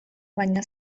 baina